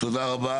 ברור, תודה רבה.